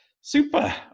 Super